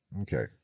Okay